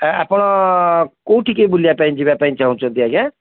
sir ଆପଣ କେଉଁଠିକି ବୁଲିବା ପାଇଁ ଯିବା ପାଇଁ ଚାହୁଁଛନ୍ତି ଆଜ୍ଞା